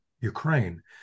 Ukraine